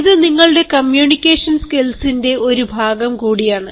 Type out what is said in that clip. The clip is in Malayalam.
ഇത് നിങ്ങളുടെ കമ്മ്യൂണിക്കേഷൻ സ്കിൽസന്റെ ഒരു ഭാഗം കൂടിയാണ്